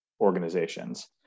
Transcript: organizations